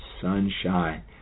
sunshine